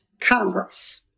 Congress